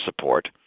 support